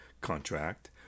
contract